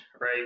right